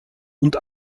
und